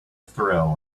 thrill